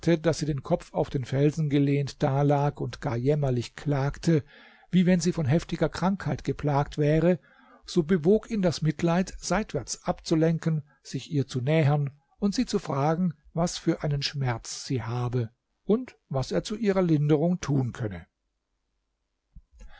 daß sie den kopf auf den felsen gelehnt da lag und gar jämmerlich klagte wie wenn sie von heftiger krankheit geplagt wäre so bewog ihn das mitleid seitwärts abzulenken sich ihr zu nähern und sie zu fragen was für einen schmerz sie habe und was er zu ihrer linderung tun könne